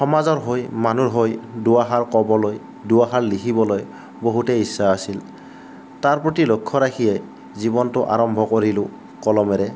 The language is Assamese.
সমাজৰ হৈ মানুহৰ হৈ দুআষাৰ ক'বলৈ দুআষাৰ লিখিবলৈ বহুতেই ইচ্ছা আছিল তাৰ প্ৰতি লক্ষ্য ৰাখিয়ে জীৱনটো আৰম্ভ কৰিলোঁ কলমেৰে